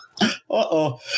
Uh-oh